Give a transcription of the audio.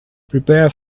prepare